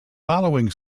following